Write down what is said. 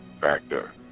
factor